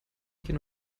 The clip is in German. gehen